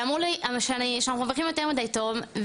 ואמרו לי שאנחנו מרווחים יותר מדי טוב,